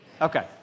Okay